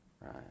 right